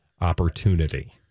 Opportunity